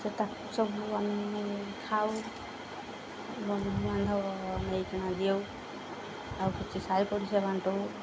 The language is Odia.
ସେ ତାକୁ ସବୁ ଆମେ ଖାଉ ବନ୍ଧୁବାନ୍ଧବ ନେଇକି ଦେଉ ଆଉ କିଛି ସାହି ପଡ଼ିଶା ବାଣ୍ଟୁ